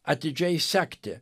atidžiai sekti